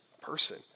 person